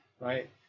right